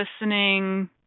listening